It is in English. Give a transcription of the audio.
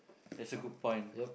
that's a good point